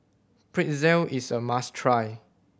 pretzel is a must try